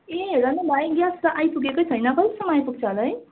ए हेर न भाइ ग्यास त आइपुगेकै छैन कहिलेसम्म आइपुग्छ होला है